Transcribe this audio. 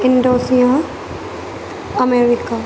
Indonesia America